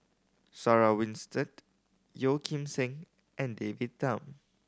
Sarah Winstedt Yeo Kim Seng and David Tham